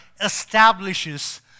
establishes